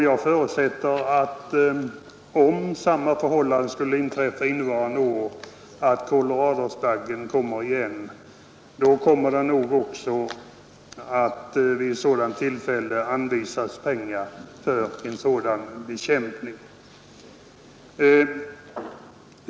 Jag förutsätter att om koloradoskalbaggen kommer igen innevarande år skall pengar också då anvisas för sådan bekämpning.